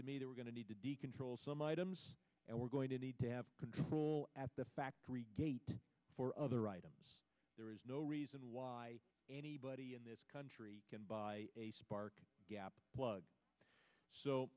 to me that we're going to need to control some items and we're going to need to have control at the factory for other items there is no reason why anybody in this country can buy a spark gap plug so